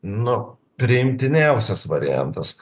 nu priimtiniausias variantas